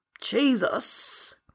Jesus